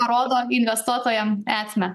rodo investuotojams esmę